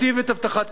לסיום.